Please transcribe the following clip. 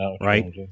right